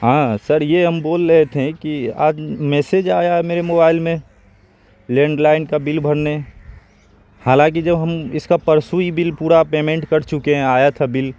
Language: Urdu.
ہاں سر یہ ہم بول رہے تھے کہ آج میسج آیا ہے میرے موبائل میں لینڈ لائن کا بل بھرنے حالانکہ جب ہم اس کا پرسو ہی بل پورا پیمنٹ کر چکے ہیں آیا تھا بل